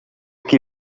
qui